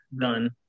done